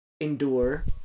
endure